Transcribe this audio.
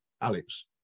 Alex